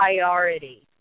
priority